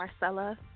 Marcella